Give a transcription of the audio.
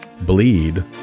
bleed